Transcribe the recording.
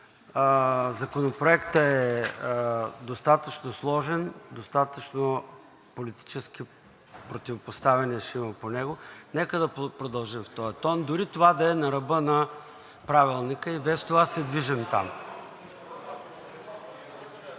Законопроектът е достатъчно сложен, достатъчно политически противопоставяния ще има по него, нека да продължим в този тон, дори това да е на ръба на Правилника, и без това се движим там.